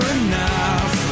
enough